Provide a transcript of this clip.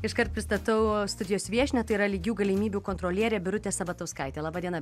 iškart pristatau studijos viešnią tai yra lygių galimybių kontrolierė birutė sabatauskaitė laba diena